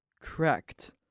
Correct